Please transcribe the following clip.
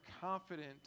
confident